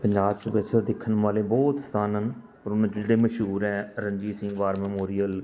ਪੰਜਾਬ 'ਚ ਵੈਸੇ ਤਾਂ ਦੇਖਣ ਵਾਲੇ ਬਹੁਤ ਸਥਾਨ ਹਨ ਉਹਨਾਂ ਵਿੱਚੋਂ ਜਿਹੜੇ ਮਸ਼ਹੂਰ ਹੈ ਰਣਜੀਤ ਸਿੰਘ ਵਾਰ ਮੈਮੋਰੀਅਲ